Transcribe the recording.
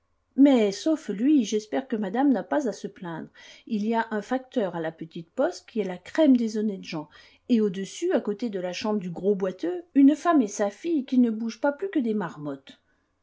mais sauf lui j'espère que madame n'a pas à se plaindre il y a un facteur à la petite poste qui est la crème des honnêtes gens et au-dessus à côté de la chambre du gros boiteux une femme et sa fille qui ne bougent pas plus que des marmottes